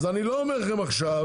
אז אני לא אומר לכם עכשיו.